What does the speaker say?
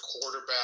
quarterback